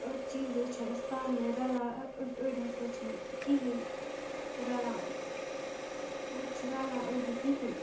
أڑۍ چیٖز حظ چھِ اَسہِ پانہٕ ؤنۍ رَلان أڑۍ ہَسا چھِنہٕ کِہیٖنۍ رَلان أڑۍ چھِ رَلان أڑۍ نہٕ کِہیٖنۍ